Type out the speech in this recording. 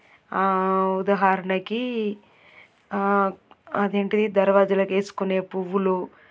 ఉదాహరణకి అదేంటి దర్వాజులకి వేసుకునే పువ్వులు